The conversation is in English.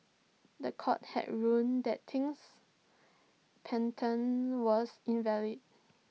The Court had ruled that Ting's patent was invalid